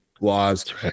laws